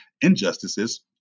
injustices